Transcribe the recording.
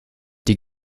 die